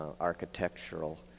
architectural